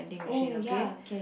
oh ya okay